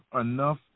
enough